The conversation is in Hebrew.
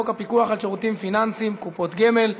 הפיקוח על שירותים פיננסיים (קופות גמל)